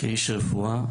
כאיש רפואה,